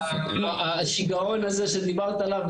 השיגעון הזה שדיברת עליו,